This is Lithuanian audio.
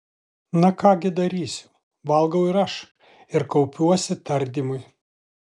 na ką gi darysiu valgau ir aš ir kaupiuosi tardymui